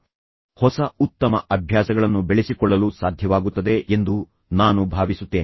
ಈಗ ಇದರೊಂದಿಗೆ ನೀವು ಕೆಲವು ಹೊಸ ಅಭ್ಯಾಸಗಳನ್ನು ಉತ್ತಮ ಅಭ್ಯಾಸಗಳನ್ನು ಬೆಳೆಸಿಕೊಳ್ಳಲು ಸಾಧ್ಯವಾಗುತ್ತದೆ ಎಂದು ನಾನು ಭಾವಿಸುತ್ತೇನೆ